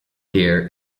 gear